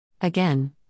Again